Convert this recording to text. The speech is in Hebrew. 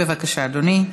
בבקשה, אדוני.